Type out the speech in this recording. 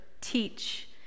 teach